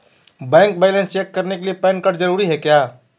Bank balance check करने के लिए पैन कार्ड जरूरी है क्या?